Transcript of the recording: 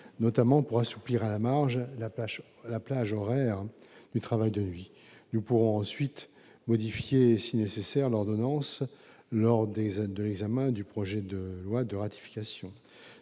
notamment pour assouplir à la marge la plage horaire du travail de nuit. Nous pourrons ensuite modifier, si nécessaire, l'ordonnance lors de l'examen du projet de ratification.